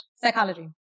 psychology